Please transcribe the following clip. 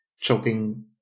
choking